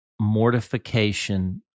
mortification